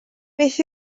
beth